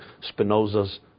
Spinoza's